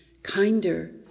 kinder